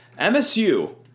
MSU